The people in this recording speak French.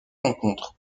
rencontres